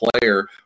player